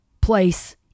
place